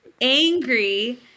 angry